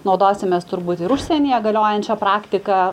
naudosimės turbūt ir užsienyje galiojančią praktiką